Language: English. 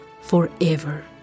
forever